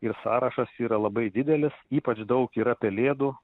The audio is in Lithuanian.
ir sąrašas yra labai didelis ypač daug yra pelėdų